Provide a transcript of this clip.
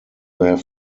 have